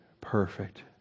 perfect